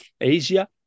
Asia